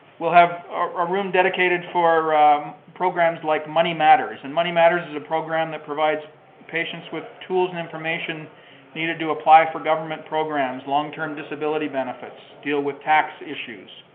we'll have a room dedicated for um programs like money matters, and money matters is a program that provides patients with tools and information needed to apply for government programs, long-term disability benefits, deal with tax issues.